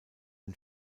den